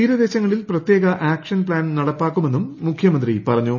തീരദേശങ്ങളിൽ പ്രത്യേക action plan നടപ്പാക്കുമെന്ന് മുഖ്യമന്ത്രി പറഞ്ഞു